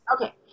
Okay